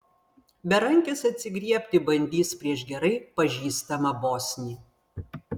berankis atsigriebti bandys prieš gerai pažįstamą bosnį